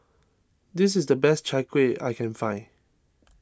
this is the best Chai Kuih I can find